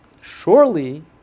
surely